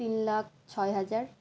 তিন লাখ ছয় হাজার